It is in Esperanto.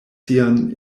sian